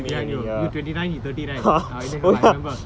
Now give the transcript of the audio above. behind you you twenty nine he thirty right I remember